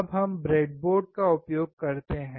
अब हम ब्रेडबोर्ड का उपयोग करते हैं